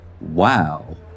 wow